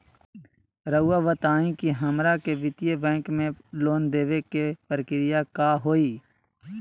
रहुआ बताएं कि हमरा के वित्तीय बैंकिंग में लोन दे बे के प्रक्रिया का होई?